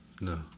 no